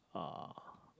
uh